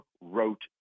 wrote